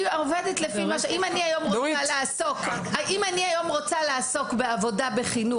אם אני היום רוצה לעסוק בעבודה בחינוך